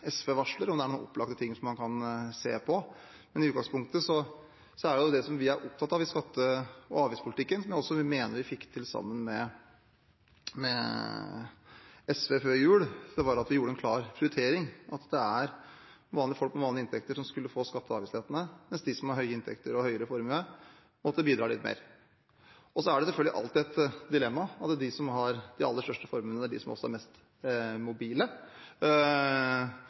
SV varsler, om det er noen opplagte ting man kan se på. Men i utgangspunktet er det vi er opptatt av i skatte- og avgiftspolitikken – og som jeg også mener vi fikk til sammen med SV før jul, da vi gjorde en klar prioritering – at det er vanlige folk med vanlige inntekter som skal få skatte- og avgiftslettene, mens de som har høye inntekter og større formue, må bidra litt mer. Det er selvfølgelig alltid et dilemma at de som har de aller største formuene, også er de som er mest mobile,